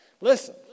Listen